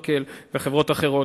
"אורקל" וחברות אחרות.